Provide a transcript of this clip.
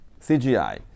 CGI